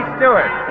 Stewart